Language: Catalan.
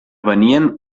venien